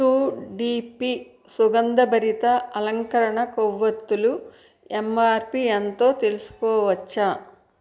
two డీపి సుగంధభరిత అలంకరణ కొవ్వొత్తులు ఎమ్ఆర్పి ఎంతో తెలుసుకోవచ్చా